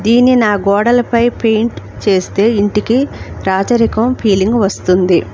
దీన్ని నా గోడలపై పెయింట్ చేస్తే ఇంటికి రాజరికం ఫీలింగ్ వస్తుంది